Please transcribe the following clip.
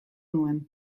nuen